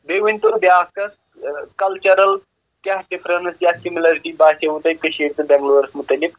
بیٚیہِ ؤنۍتو بیٛاکھ کَتھ کَلچَرَل کیٛاہ ڈِفرَنٕس یا سِمِلیرِٹی باسیوٕ تۄہہِ کٔشیٖر تہٕ بٮ۪نٛگلورَس مُتعلق